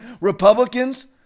Republicans